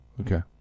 Okay